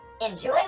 Enjoy